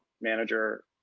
manager